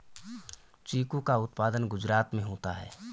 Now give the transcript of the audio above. चीकू का उत्पादन गुजरात में होता है